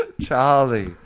Charlie